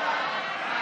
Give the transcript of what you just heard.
סעיף 2,